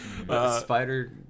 Spider